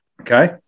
Okay